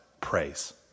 Praise